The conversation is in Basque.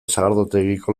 sagardotegiko